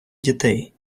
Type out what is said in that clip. дітей